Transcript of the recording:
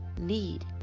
need